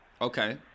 Okay